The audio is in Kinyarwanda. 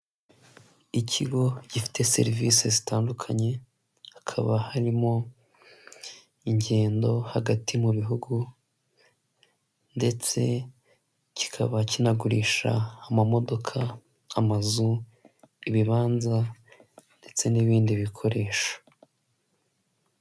Ikigo gifite serivise zitandukanye, hakaba harimo ingendo hagati mu bihugu ndetse kikaba kinagurisha amamodoka, amazu, ibibanza ndetse n'ibindi bikoresho.